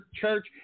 church